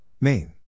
main